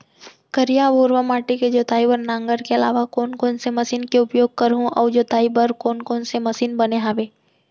करिया, भुरवा माटी के जोताई बर नांगर के अलावा कोन कोन से मशीन के उपयोग करहुं अऊ जोताई बर कोन कोन से मशीन बने हावे?